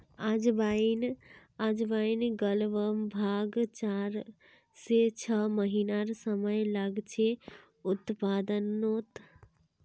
अजवाईन लग्ब्भाग चार से छः महिनार समय लागछे उत्पादनोत